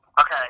Okay